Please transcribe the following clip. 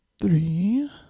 three